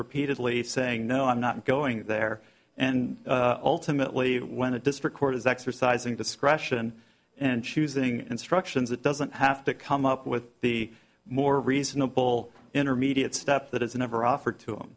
repeatedly saying no i'm not going there and ultimately when a district court is exercising discretion and choosing instructions it doesn't have to come up with the more reasonable intermediate step that is never offered to